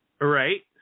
Right